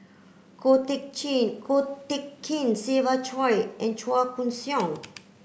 Ko Teck Ko Teck Kin Siva Choy and Chua Koon Siong